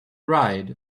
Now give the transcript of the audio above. ride